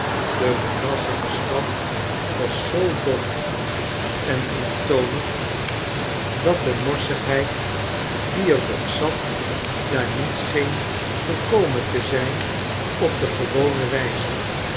de moerassige stad was zoo dof en eentonig dat de morsigheid die er op zat daar niet scheen gekomen te zijn op de gewone wijze